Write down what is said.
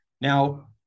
Now